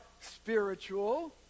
spiritual